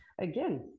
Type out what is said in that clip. again